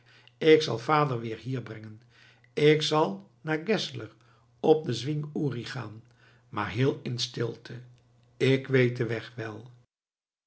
ik zal vader weer hier brengen ik zal naar geszler op den zwing uri gaan maar heel in stilte ik weet den weg wel